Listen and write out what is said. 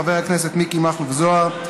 חבר הכנסת מיקי מכלוף זוהר,